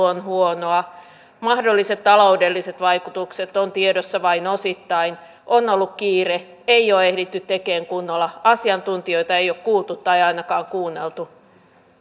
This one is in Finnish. on huonoa mahdolliset taloudelliset vaikutukset ovat tiedossa vain osittain on ollut kiire ei ole ehditty tekemään kunnolla asiantuntijoita ei ole kuultu tai ei ainakaan kuunneltu